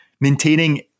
maintaining